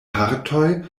partoj